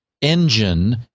engine